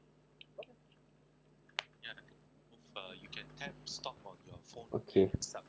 okay